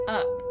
up